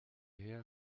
her